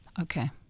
Okay